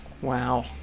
Wow